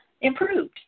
improved